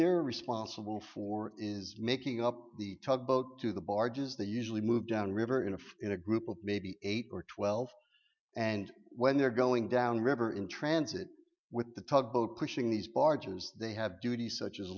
they're responsible for is making up the tug boat to the barges they usually move down river in a in a group of maybe eight or twelve and when they're going down the river in transit with the tugboat pushing these barges they have duty such as